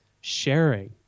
sharing